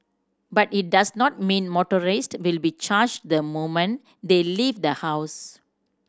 but it does not mean motorists will be charged the moment they leave the house